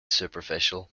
superficial